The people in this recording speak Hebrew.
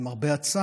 למרבה הצער,